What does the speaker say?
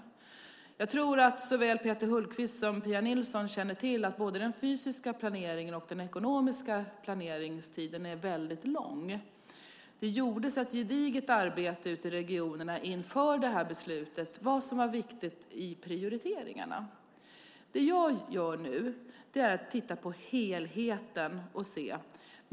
Jag tror att såväl Peter Hultqvist som Pia Nilsson känner till att både den fysiska och den ekonomiska planeringstiden är väldigt lång. Det gjordes ett gediget arbete ute i regionerna inför det här beslutet om vad som var viktigt i prioriteringarna. Det jag gör nu är att titta på helheten.